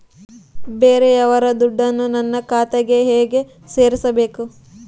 ಬೇರೆಯವರ ದುಡ್ಡನ್ನು ನನ್ನ ಖಾತೆಗೆ ಹೇಗೆ ಸೇರಿಸಬೇಕು?